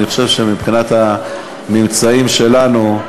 אני חושב שדווקא מבחינת הממצאים שלנו,